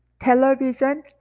Television